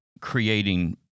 creating